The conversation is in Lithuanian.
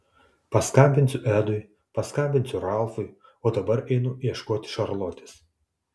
paskambinsiu edui paskambinsiu ralfui o dabar einu ieškoti šarlotės